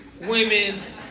women